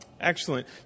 excellent